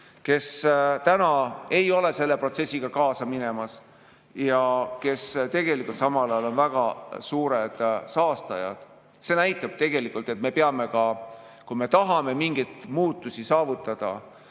kes ei ole selle protsessiga kaasa minemas ja kes samal ajal on väga suured saastajad. See näitab tegelikult seda, et kui me tahame mingeid muutusi saavutada,